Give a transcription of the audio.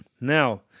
Now